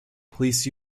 please